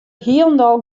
hielendal